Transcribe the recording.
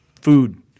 Food